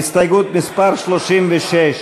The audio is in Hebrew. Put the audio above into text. הסתייגות מס' 36,